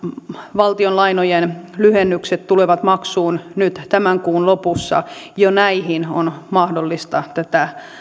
valtionlainojen lyhennykset tulevat maksuun nyt tämän kuun lopussa jo näihin on mahdollista tätä